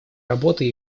работы